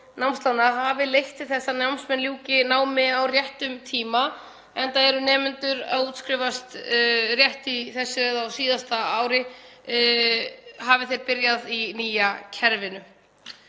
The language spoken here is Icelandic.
námsláns hafi leitt til þess að námsmenn ljúki námi á réttum tíma, enda eru nemendur að útskrifast rétt í þessu eða á síðasta ári hafi þeir byrjað í nýja kerfinu.